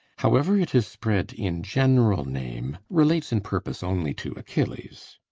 however it is spread in general name, relates in purpose only to achilles.